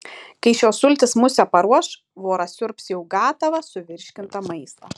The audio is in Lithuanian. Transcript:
kai šios sultys musę paruoš voras siurbs jau gatavą suvirškintą maistą